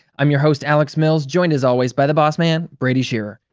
i'm your host alex mills, joined as always by the boss-man, brady shearer.